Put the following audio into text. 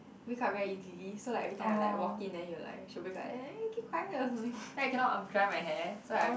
wake up very easily so like everytime I like walk in then she will like she will wake up eh you keep quiet or something then I cannot dry my hair so I